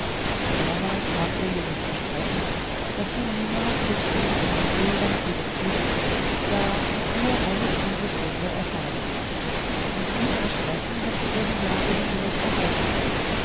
damals gab er ihr das versprechen daß sie niemals durch ihn eine störung ihres glückes ja nur eine trübe stunde erfahren solle und dies versprechen hatte er die jahre hindurch